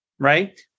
right